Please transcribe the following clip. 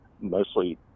mostly